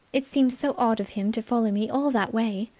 it seems so odd of him to follow me all that way.